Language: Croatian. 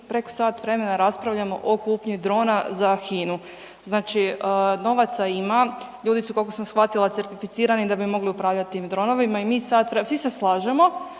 tek sat vremena raspravljamo o kupnji drona za HINA-u. Znači novaca ima, ljudi su koliko sam shvatila, certificirani da bi mogli upravljati tim dronovima i mi sat vremena, svi se slažemo,